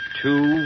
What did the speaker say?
two